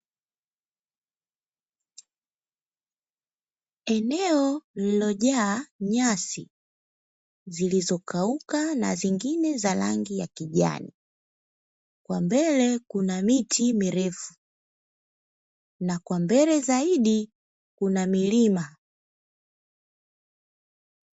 Eneo lililojaa nyasi zilizo kauka na zingine za rangi ya kijani, kwa mbele kuna miti mirefu na kwa mbele zaidi kuna milima.